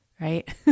right